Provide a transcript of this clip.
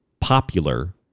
popular